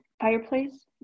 fireplace